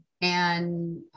And-